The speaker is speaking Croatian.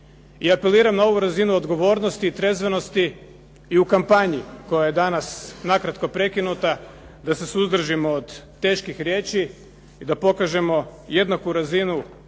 I apeliram na ovu razinu odgovornosti i trezvenosti i u kampanji koja je danas na kratko prekinuta da se suzdržimo od teških riječi i da pokažemo jednaku razinu,